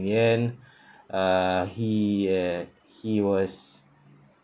in the end uh he uh he was